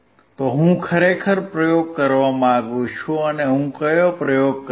તો હું ખરેખર પ્રયોગ કરવા માંગુ છું અને હું કયો પ્રયોગ કરીશ